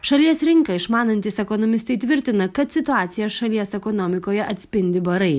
šalies rinką išmanantys ekonomistai tvirtina kad situaciją šalies ekonomikoje atspindi barai